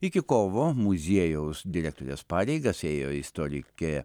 iki kovo muziejaus direktorės pareigas ėjo istorikė